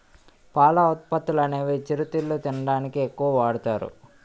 పాల ఉత్పత్తులనేవి చిరుతిళ్లు తినడానికి ఎక్కువ వాడుతారు